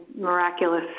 miraculous